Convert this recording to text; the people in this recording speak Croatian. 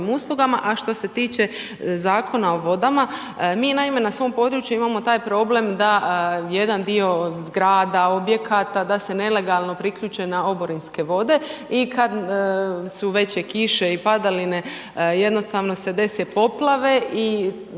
a što se tiče Zakona o vodama, mi naime, na svom području imamo taj problem da jedan dio zgrada, objekata, da se nelegalno priključe na oborinske vode i kad su veće kiše i padaline, jednostavno se dese poplave i